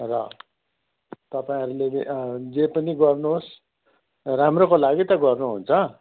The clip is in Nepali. र तपाईँहरूले जे जे पनि गर्नुहोस् राम्रोको लागि त गर्नुहुन्छ